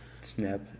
Snap